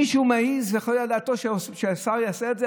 האם מישהו מעז ומעלה על דעתו שהשר יעשה את זה?